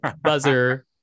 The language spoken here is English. buzzer